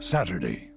Saturday